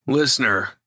Listener